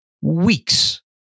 Weeks